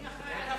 מי אחראי על,